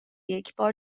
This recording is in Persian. یکبار